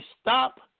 stop